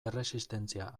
erresistentzia